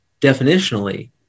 definitionally